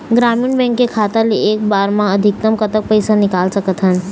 ग्रामीण बैंक के खाता ले एक बार मा अधिकतम कतक पैसा निकाल सकथन?